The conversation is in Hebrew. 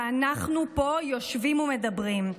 ואנחנו פה יושבים ומדברים.